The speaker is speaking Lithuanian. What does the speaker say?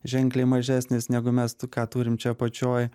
ženkliai mažesnis negu mes t ką turim čia apačioj